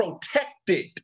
protected